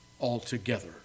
altogether